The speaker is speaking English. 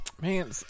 Man